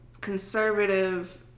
conservative